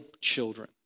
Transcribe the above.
children